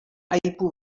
aipu